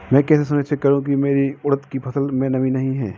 मैं कैसे सुनिश्चित करूँ की मेरी उड़द की फसल में नमी नहीं है?